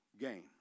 gain